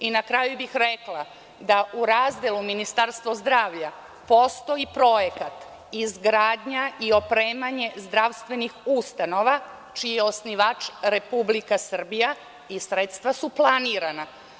I na kraju bih rekla da u razdelu Ministarstva zdravlja postoji projekat izgradnja i opremanje zdravstvenih ustanova čiji je osnivač Republika Srbija i sredstava su planirana.